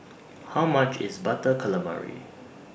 How much IS Butter Calamari